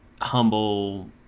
humble